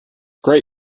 great